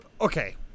Okay